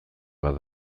bat